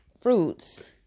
fruits